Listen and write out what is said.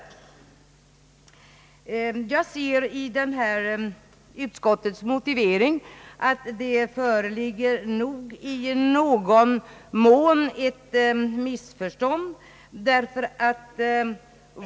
Om vi läser utskottets motivering, finner man att det i viss mån föreligger ett missförstånd.